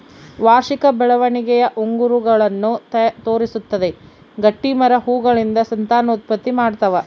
ವಾರ್ಷಿಕ ಬೆಳವಣಿಗೆಯ ಉಂಗುರಗಳನ್ನು ತೋರಿಸುತ್ತದೆ ಗಟ್ಟಿಮರ ಹೂಗಳಿಂದ ಸಂತಾನೋತ್ಪತ್ತಿ ಮಾಡ್ತಾವ